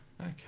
Okay